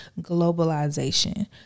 globalization